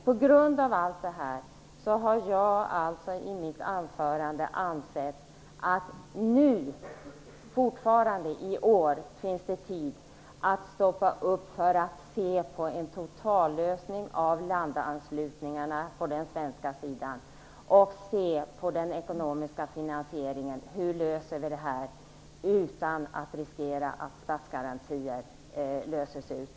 På grund av allt detta har jag alltså i mitt anförande ansett att det fortfarande i år finns tid att stanna upp för att se på en totallösning av landanslutningarna på den svenska sidan och se hur finansieringen kan lösas utan att riskera att statsgarantier löses ut.